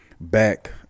back